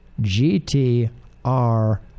GTR